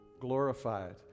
glorified